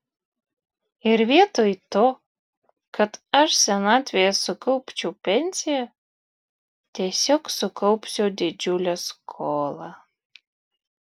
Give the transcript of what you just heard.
ir vietoj to kad aš senatvėje sukaupčiau pensiją tiesiog sukaupsiu didžiulę skolą